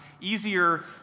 easier